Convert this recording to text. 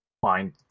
find